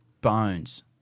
bones